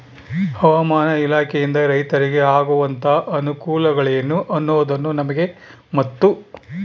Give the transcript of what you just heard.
ಹವಾಮಾನ ಇಲಾಖೆಯಿಂದ ರೈತರಿಗೆ ಆಗುವಂತಹ ಅನುಕೂಲಗಳೇನು ಅನ್ನೋದನ್ನ ನಮಗೆ ಮತ್ತು?